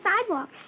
sidewalk